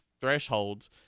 thresholds